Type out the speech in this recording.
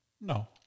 No